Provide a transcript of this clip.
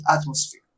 atmosphere